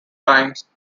times